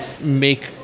make